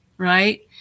Right